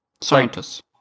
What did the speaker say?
Scientists